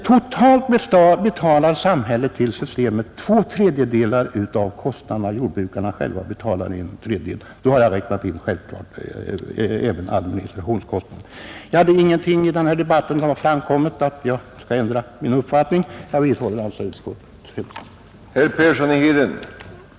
Totalt betalar samhället två tredjedelar av kostnaderna för systemet och jordbrukarna en tredjedel. Självfallet har jag då också räknat in administrationskostnaderna. Herr talman! Det har i denna debatt inte framkommit någonting som ger mig anledning att ändra uppfattning; jag vidhåller därför mitt yrkande om bifall till utskottets hemställan.